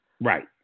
Right